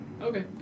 Okay